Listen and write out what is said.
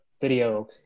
video